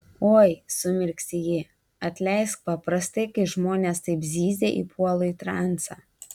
oi sumirksi ji atleisk paprastai kai žmonės taip zyzia įpuolu į transą